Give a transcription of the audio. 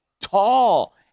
tall